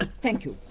ah thank you.